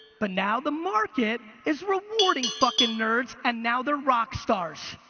but now the market is rewarding fucking nerds, and now they're rock stars.